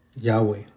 Yahweh